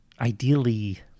ideally